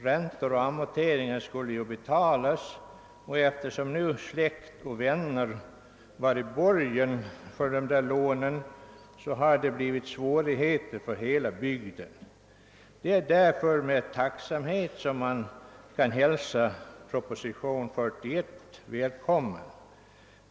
Räntor och amorteringar skulle ju betalas, och eftersom släkt och vänner stod i borgen för lånen har nu svårigheter uppstått för hela bygden. | Man kan mot denna bakgrund med tacksamhet hälsa proposition nr 41.